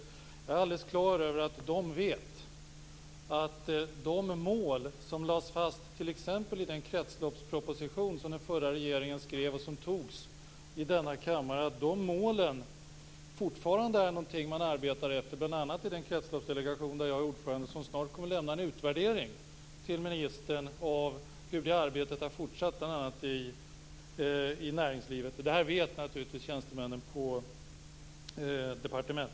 Jag är alldeles klar över att de vet att de mål som lades fast t.ex. i den kretsloppsproposition som den förra regeringen skrev och som antogs av denna kammare fortfarande är någonting man arbetar efter. Det gäller bl.a. i den kretsloppsdelegation där jag är ordförande och som snart kommer att lämna en utvärdering till ministern av hur det arbetet har fortsatt bl.a. i näringslivet. Detta vet naturligtvis tjänstemännen på departementet.